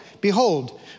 Behold